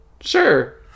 Sure